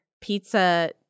pizza